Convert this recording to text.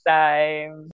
time